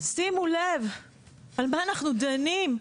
שימו לב על מה אנחנו דנים.